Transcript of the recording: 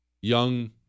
Young